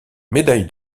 médaille